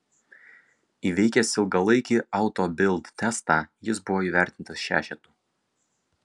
įveikęs ilgalaikį auto bild testą jis buvo įvertintas šešetu